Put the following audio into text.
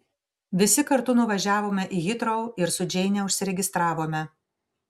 visi kartu nuvažiavome į hitrou ir su džeine užsiregistravome